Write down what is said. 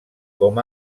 com